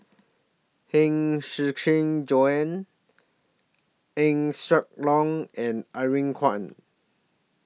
Huang Shiqi Joan Eng Siak Loy and Irene Khong